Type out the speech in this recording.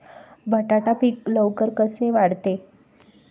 बटाटा पीक लवकर कसे वाढते?